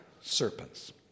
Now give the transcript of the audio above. serpents